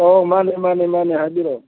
ꯑꯣ ꯃꯥꯟꯅꯦ ꯃꯥꯟꯅꯦ ꯃꯥꯟꯅꯦ ꯍꯥꯏꯔꯤꯔꯛꯑꯣ